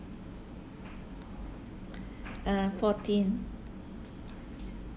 uh fourteen